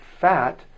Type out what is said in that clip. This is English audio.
fat